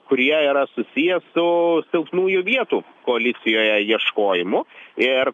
kurie yra susiję su silpnųjų vietų koalicijoje ieškojimu ir